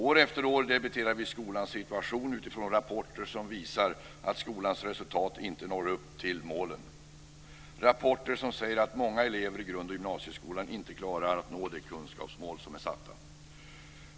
År efter år debatterar vi skolans situation utifrån rapporter som visar att skolans resultat inte når upp till målen. Det är rapporter som visar att många elever i grundoch gymnasieskolan inte når de kunskapsmål som är satta.